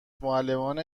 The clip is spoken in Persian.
معلمان